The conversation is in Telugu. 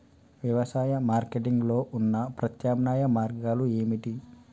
వ్యవసాయ మార్కెటింగ్ లో ఉన్న ప్రత్యామ్నాయ మార్గాలు ఏమిటి?